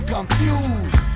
confused